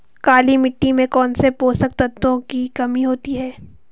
काली मिट्टी में कौनसे पोषक तत्वों की कमी होती है?